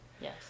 yes